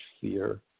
fear